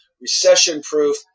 recession-proof